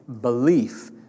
belief